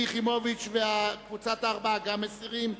שלי יחימוביץ וקבוצת הארבעה, גם מסירים.